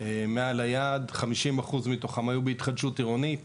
מעל היעד 50% מתוכן היו בהתחדשות עירונית.